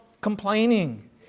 complaining